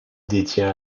détient